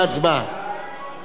רבותי חברי הכנסת,